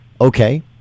okay